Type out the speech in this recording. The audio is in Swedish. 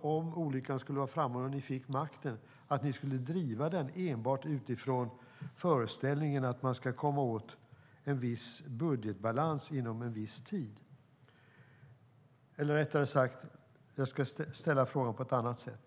om olyckan skulle vara framme och ni fick makten, skulle driva den enbart utifrån föreställningen att man ska nå en viss budgetbalans inom en viss tid. Jag ska ställa frågan på ett annat sätt.